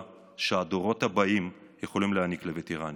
שהדורות הבאים יכולים להעניק לווטרנים.